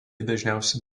dažniausiai